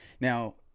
now